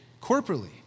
corporately